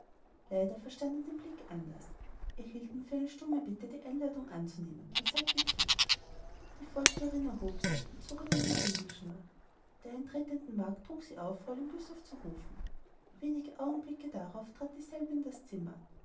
leider verstand er den blick anders er hielt ihn für eine stumme bitte die einladung anzunehmen und sagte zu die vorsteherin erhob sich und zog an einer klingelschnur der eintretenden magd trug sie auf fräulein güssow zu rufen wenige augenblicke darauf trat dieselbe in das zimmer